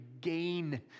gain